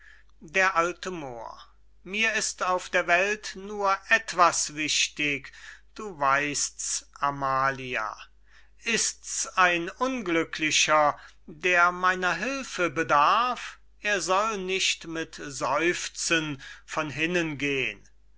d a moor mir ist auf der welt nur etwas wichtig du weist's amalia ist's ein unglücklicher der meiner hülfe bedarf er soll nicht mit seufzen von hinnen gehn